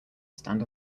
stand